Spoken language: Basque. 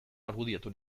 argudiatu